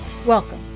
Welcome